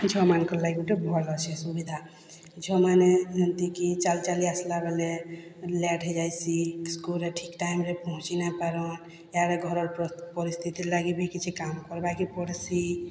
ଝିଅମାନ୍କର୍ ଲାଗି ଗୁଟେ ଭଲ୍ ଅଛେ ସୁବିଧା ଝିଅମାନେ ଯେନ୍ତିକି ଚାଲି ଚାଲି ଆସ୍ଲା ବେଳେ ଲେଟ୍ ହେଇ ଯାଇସି ସ୍କୁଲ୍ରେ ଠିକ୍ ଟାଇମ୍ରେ ପହଞ୍ଚି ନାଇଁ ପାରନ୍ ଏଆଡେ ଘରର୍ ପରିସ୍ଥିତି ଲାଗି ବି କିଛି କାମ୍ କର୍ବାକେ ପଡ଼୍ସି